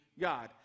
God